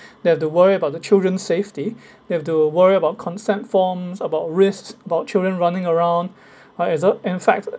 they have to worry about the children's safety they have to worry about consent form about risks about children running around right it's uh in fact